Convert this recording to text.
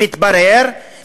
מתברר,